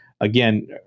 Again